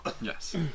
Yes